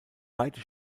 beide